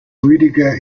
rüdiger